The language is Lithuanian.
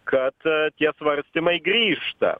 kad tie svarstymai grįžta